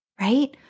right